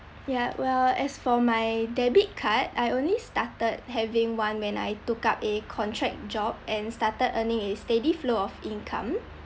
yeah well as for my debit card I only started having one when I took up a contract job and started earning a steady flow of income